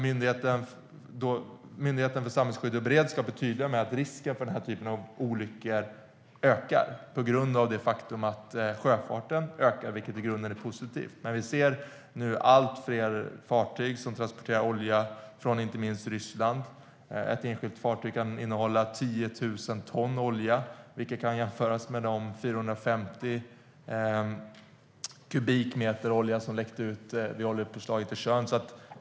Myndigheten för samhällsskydd och beredskap är tydlig med att risken för sådana olyckor ökar på grund av det faktum att sjöfarten ökar, vilket i grunden är positivt. Vi ser nu allt fler fartyg som transporterar olja från inte minst Ryssland. Ett enskilt fartyg kan innehålla 10 000 ton olja, vilket kan jämföras med de 450 kubikmeter olja som läckte ut vid oljepåslaget på Tjörn.